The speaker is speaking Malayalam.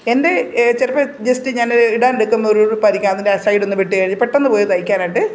എൻ്റെ ചിലപ്പോള് ജസ്റ്റ് ഞാൻ ഇടാൻ എടുക്കുന്നൊരു ഉടുപ്പായിരിക്കാം അതിൻ്റെ സൈഡൊന്ന് വിട്ട് കഴി പെട്ടെന്ന് പോയി തയ്ക്കാനായിട്ട്